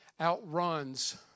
outruns